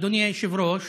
אדוני היושב-ראש,